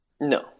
No